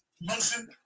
motion